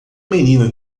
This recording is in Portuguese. menino